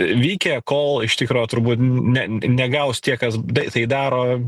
vykę kol iš tikro turbūt n ne negaus tie kas dai tai daro